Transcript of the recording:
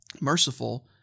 merciful